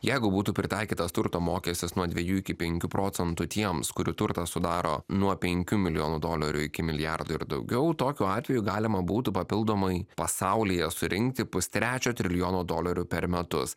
jeigu būtų pritaikytas turto mokestis nuo dviejų iki penkių procentų tiems kurių turtas sudaro nuo penkių milijonų dolerių iki milijardo ir daugiau tokiu atveju galima būtų papildomai pasaulyje surinkti pustrečio trilijono dolerių per metus